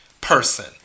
person